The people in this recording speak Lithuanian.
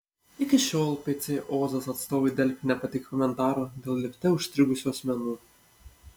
iki šiol pc ozas atstovai delfi nepateikė komentaro dėl lifte užstrigusių asmenų